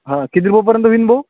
हां किती रुमपर्यंत वीन भाऊ